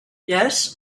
yes